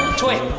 joy!